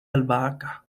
albahaca